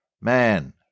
man